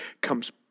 comes